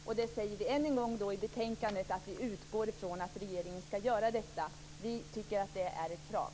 Vi utgår ifrån att regeringen skall göra detta. Det är ett krav.